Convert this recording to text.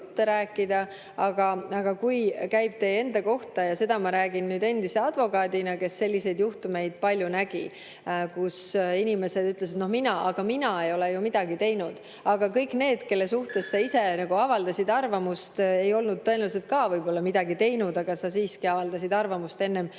Aga kui käib teie enda kohta ... Ja seda ma räägin nüüd endise advokaadina, kes selliseid juhtumeid palju nägi, kus inimesed ütlesid, et aga mina ei ole ju midagi teinud. Aga kõik need, kelle suhtes sa ise avaldasid arvamust, ei olnud tõenäoliselt ka midagi teinud, aga siiski sa avaldasid arvamust enne, kui